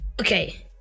okay